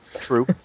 True